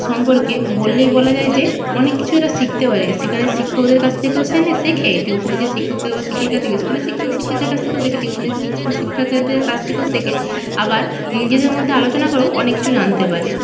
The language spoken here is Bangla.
সম্পর্কে বললেই বলা যায় যে অনেক কিছু এরা শিখতে পারে সেখানে শিক্ষকদের কাছ থেকেও শেখে টিউশানে যে শিক্ষক থাকে বা শিক্ষিকা থাকে স্কুলের শিক্ষক শিক্ষিকাদের কাছ থেকেও শেখে টিউশনির শিক্ষকেদের কাছ থেকেও শেখে আবার নিজেদের মধ্যে আলোচনা করেও অনেক কিছু জানতে পারে